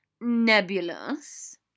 Nebulous